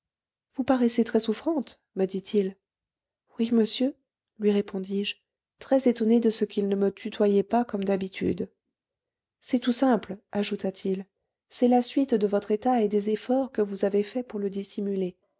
vous paraissez très souffrante me dit-il oui monsieur lui répondis-je très étonnée de ce qu'il ne me tutoyait pas comme d'habitude c'est tout simple ajouta-t-il c'est la suite de votre état et des efforts que vous avez faits pour le dissimuler